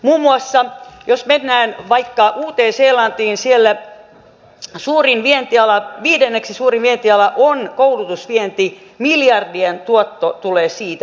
muun muassa jos mennään vaikka uuteen seelantiin siellä viidenneksi suurin vientiala on koulutusvienti miljardien tuotto tulee siitä